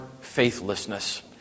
faithlessness